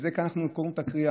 לזה אנחנו קוראים את הקריאה: